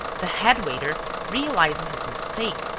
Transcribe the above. the head-waiter, realizing his mistake,